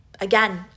again